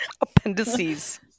Appendices